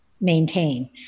maintain